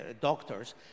doctors